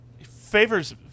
Favors